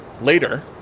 Later